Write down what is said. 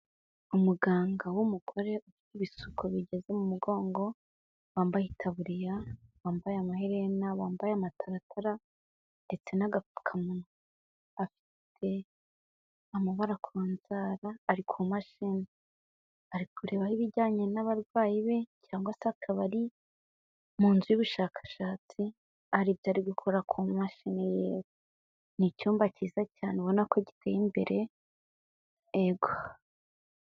Umuganga w'umugore ufite ibisuko bigeze mu mugongo, wambaye itaburiya, wambaye amaherena, wambaye amataratara ndetse n'agapfukamunwa, afite amabara ku nzara, ari ku mashini, ari kurebaho ibijyanye n'abarwayi be, cyangwase akaba ari mu nzu y'ubushakashatsi hari ibyo ari gukora ku mashini y'iwe, ni icyumba cyiza cyane ubona ko giteye imbere, ego.